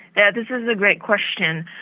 yeah this is a great question,